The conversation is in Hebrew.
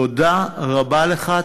תודה רבה לך.